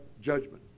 judgment